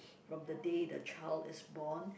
from the day the child is born